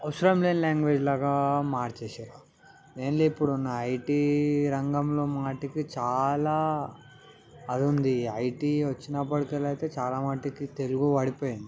అవసరం లేని లాంగ్వేజ్ లాగా మార్చేసారు మెయిన్లీ ఇప్పుడు ఉన్న ఐటి రంగంలో మాటికి చాలా అది ఉంది ఐటి వచ్చినప్పటికెళ్ళి అయితే చాలా మట్టుకు తెలుగు పడిపోయింది